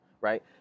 right